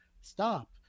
stop